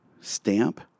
stamp